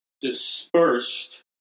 dispersed